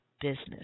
business